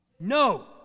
No